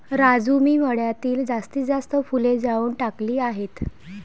राजू मी मळ्यातील जास्तीत जास्त फुले जाळून टाकली आहेत